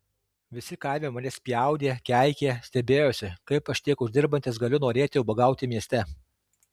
visi kaime mane spjaudė keikė stebėjosi kaip aš tiek uždirbantis galiu norėti ubagauti mieste